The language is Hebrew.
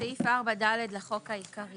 תיקון סעיף 4ד 4. בסעיף 4ד לחוק העיקרי